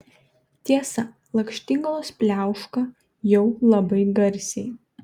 tiesa lakštingalos pliauška jau labai garsiai